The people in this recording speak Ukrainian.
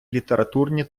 літературні